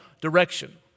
direction